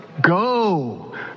Go